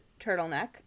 turtleneck